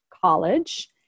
college